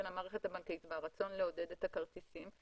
המערכת הבנקאית והרצון לעודד את הכרטיסים,